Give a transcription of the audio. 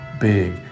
big